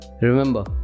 Remember